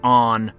on